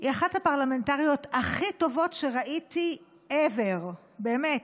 היא אחת הפרלמנטריות הכי טובות שראיתי ever, באמת.